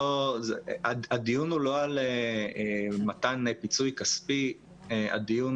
הדיון הוא לא על מתן פיצוי כספי - הדיון